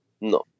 No